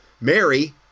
Mary